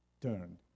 turned